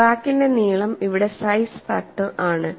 ക്രാക്കിന്റെ നീളം ഇവിടെ സൈസ് ഫാക്ടർ ആണ്